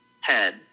head